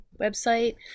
website